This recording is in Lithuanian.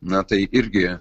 na tai irgi